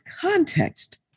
context